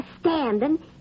standing